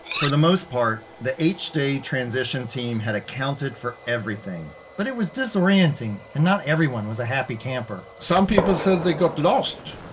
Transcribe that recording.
for the most part, the h-day transition team had accounted for everything, but it was disorienting and not everyone was a happy camper. some people said they got lost.